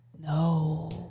No